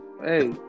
Hey